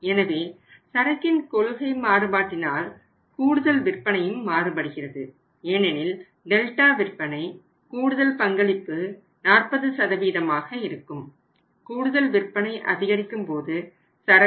எனவே OPBT அதிகரிக்கும்